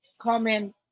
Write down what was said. comment